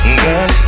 girl